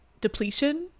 depletion